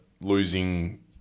Losing